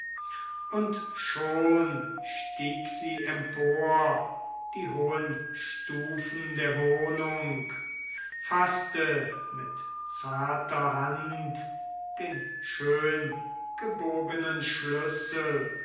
und schon stieg sie empor die hohen stufen der wohnung faßte mit zarter hand den schöngebogenen schlüssel